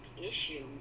issue